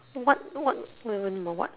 what what don't even know what